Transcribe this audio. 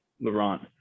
Laurent